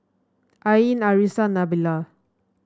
Ain Arissa Nabila